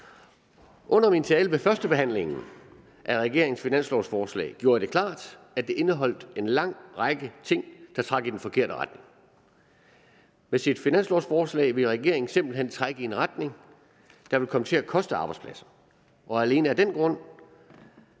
Under min tale ved førstebehandlingen af regeringens finanslovforslag gjorde jeg det klart, at det indeholdt en lang række ting, der trak i den forkerte retning. Med sit finanslovforslag ville regeringen simpelt hen trække en retning, der ville komme til at koste arbejdspladser alene af den grund,